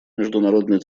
международный